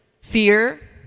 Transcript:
fear